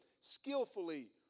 skillfully